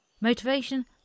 Motivation